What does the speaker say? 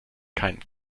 keinen